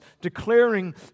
declaring